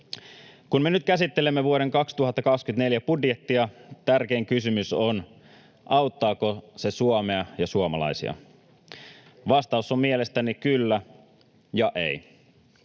Kun me nyt käsittelemme vuoden 2024 budjettia, tärkein kysymys on tämä: auttaako se Suomea ja suomalaisia? Vastaus on mielestäni ”kyllä ja ei”.